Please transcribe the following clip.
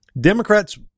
Democrats